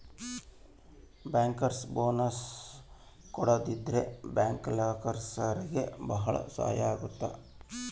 bankers bonus ಕೊಡೋದ್ರಿಂದ bank ಕೆಲ್ಸಗಾರ್ರಿಗೆ ಭಾಳ ಸಹಾಯ ಆಗುತ್ತೆ